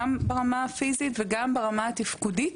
גם ברמה הפיזית וגם ברמה התפקודית,